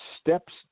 steps